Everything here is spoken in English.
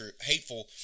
hateful